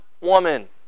woman